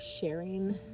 sharing